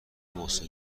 محسن